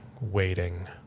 waiting